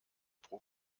pro